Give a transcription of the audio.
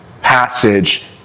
passage